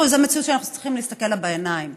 זו מציאות שאנחנו צריכים להסתכל עליה בעיניים.